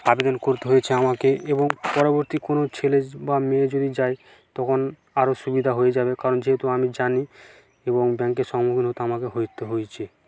আবেদন করতে হয়েছে আমাকে এবং পরবর্তী কোনও ছেলে বা মেয়ে যদি যায় তখন আরও সুবিধা হয়ে যাবে কারণ যেহেতু আমি জানি এবং ব্যাঙ্কের সম্মুখীনও তো আমাকে হতে হয়েছে